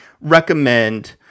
recommend